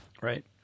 Right